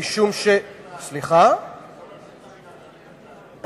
לא,